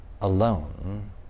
alone